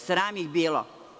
Sram ih bilo.